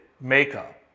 makeup